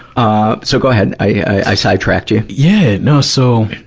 ah so, go ahead. i, i sidetracked you. yeah. no, so,